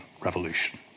Revolution